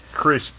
Chris